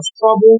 trouble